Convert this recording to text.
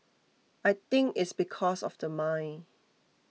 I think it's because of the mine